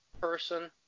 person